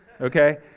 Okay